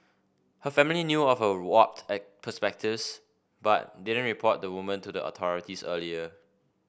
her family knew of her warped perspectives but didn't report the woman to the authorities earlier